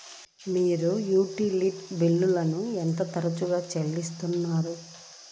మీరు యుటిలిటీ బిల్లులను ఎంత తరచుగా చెల్లిస్తారు?